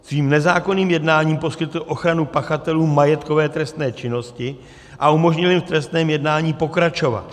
Svým nezákonným jednáním poskytl ochranu pachatelům majetkové trestné činnosti a umožnil jim v trestném jednání pokračovat.